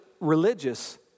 religious